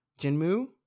Jinmu